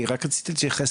אני רק רציתי להתייחס.